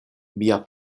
mia